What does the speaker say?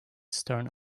stern